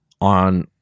on